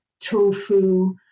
tofu